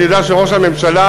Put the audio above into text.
ואני יודע שראש הממשלה,